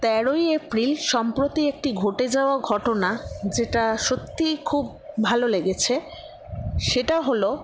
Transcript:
তেরোই এপ্রিল সম্প্রতি একটি ঘটে যাওয়া ঘটনা যেটা সত্যিই খুব ভালো লেগেছে সেটা হল